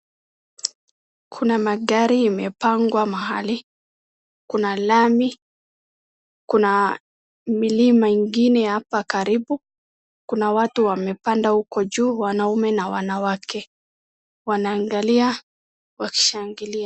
Kuna magari imepangwa mahali, kuna lami, kuna milima ingine hapa karibu, kuna watu wamepanda huko juu wanaume na wanawake, wanaangalia wakishangilia.